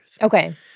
Okay